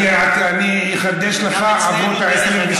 אני אחדש לך, עברו את ה-22%.